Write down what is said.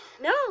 No